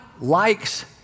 likes